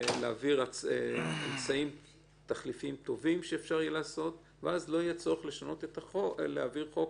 להעביר אמצעים תחליפיים טובים ואז לא יהיה צורך לשנות או להעביר חוק